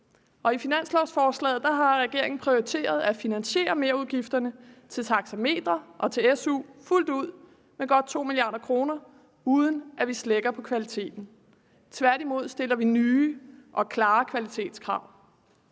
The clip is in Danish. i finanslovsforslaget har regeringen prioriteret at finansiere merudgifterne til taxametre og til SU fuldt ud med godt 2 mia. kr., uden at vi slækker på kvaliteten. Tværtimod stiller vi nye og klare kvalitetskrav,